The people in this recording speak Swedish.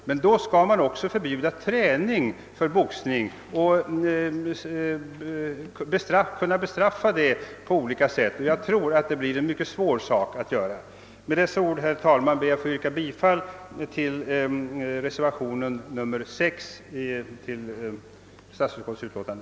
Men då skall man också förbjuda träning för boxning och kunna bestraffa sådan träning, vilket jag tror blir mycket svårt att göra. Med dessa ord, herr talman, ber jag att få yrka bifall till reservationen 6 vid statsutskottets utlåtande.